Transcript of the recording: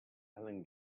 alan